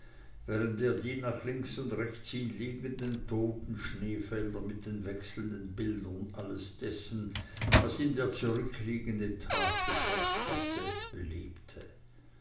die nach links und rechts hin liegenden toten schneefelder mit den wechselnden bildern alles dessen was ihm der zurückliegende tag gebracht hatte belebte